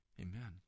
Amen